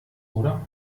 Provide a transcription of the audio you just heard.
oder